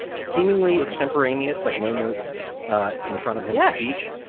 seemingly extemporaneous. like no notes in front of his speech.